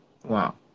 Wow